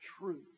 truth